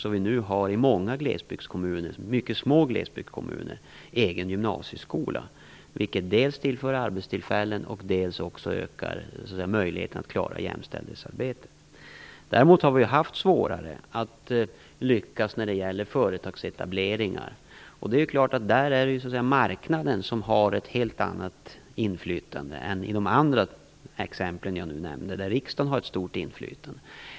Även i många mycket små glesbygdskommuner har man nu egen gymnasieskola, vilket dels tillför arbetstillfällen, dels ökar möjligheterna att klara jämställdhetsarbetet. Däremot har vi haft svårare att lyckas när det gäller företagsetableringar, och det är klart att marknaden har ett helt annat inflytande där än i de andra exemplen som jag nu nämnde, där riksdagen har ett stort inflytande.